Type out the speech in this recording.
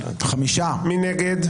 מי נגד?